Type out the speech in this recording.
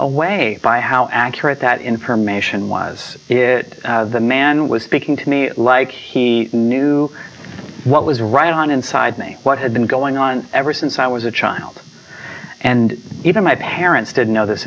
away by how accurate that information was it the man was speaking to me like he knew what was right on inside me what had been going on ever since i was a child and even my parents didn't know this